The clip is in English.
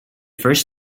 first